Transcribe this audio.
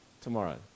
tomorrow